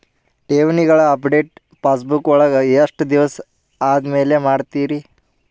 ಠೇವಣಿಗಳ update passbook ವಳಗ ಎಷ್ಟ ದಿವಸ ಆದಮೇಲೆ ಮಾಡ್ತಿರ್?